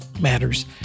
matters